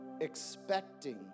expecting